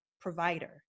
provider